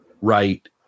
right